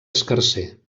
escarser